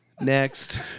Next